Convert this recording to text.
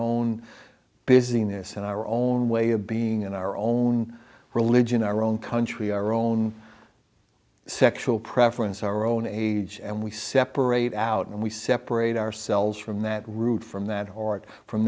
own business in our own way of being in our own religion our own country our own sexual preference our own age and we separate out and we separate ourselves from that route from that heart from